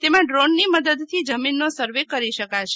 તેમાં ડ્રોનની મદદથી જમીનનો સર્વે કરી શકાશે